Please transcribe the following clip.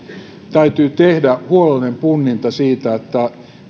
täytyy tehdä huolellinen punninta siitä että